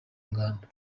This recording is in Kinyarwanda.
ngando